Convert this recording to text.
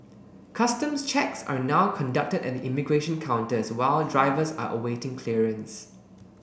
customs checks are now conducted at the immigration counters while drivers are awaiting clearance